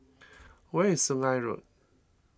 where is Sungei Road